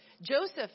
Joseph